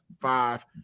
five